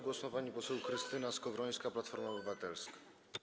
Głos ma pani poseł Krystyna Skowrońska, Platforma Obywatelska.